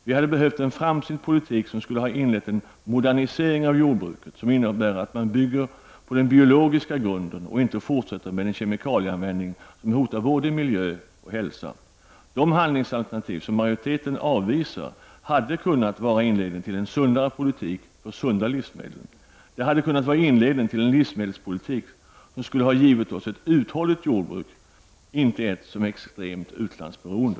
Vi hade behövt en framsynt politik som skulle ha inlett en modernisering av jordbruket, som innebär att man bygger på den biologiska grunden och inte fortsätter med den kemikalieanvändning som hotar både miljö och hälsa. De handlingsalternativ som majoriteten avvisar hade kunnat vara inled ningen till en sundare politik för sunda livsmedel. Det hade kunnat vara inledningen till en livsmedelspolitik som skulle ha givit oss ett uthålligt jordbruk, inte ett som är extremt utlandsberoende.